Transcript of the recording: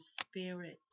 spirit